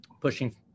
pushing